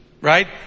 right